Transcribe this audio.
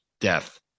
death